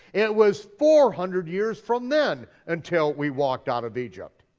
it was four hundred years from then until we walked out of egypt.